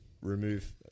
remove